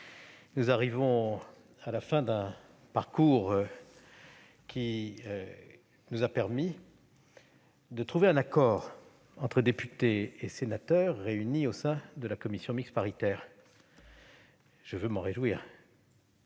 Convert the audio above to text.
nous arrivons à la fin d'un parcours qui nous a permis de trouver un accord entre députés et sénateurs, réunis au sein de la commission mixte paritaire. Je veux m'en réjouir.